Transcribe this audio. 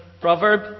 proverb